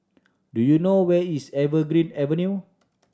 do you know where is Evergreen Avenue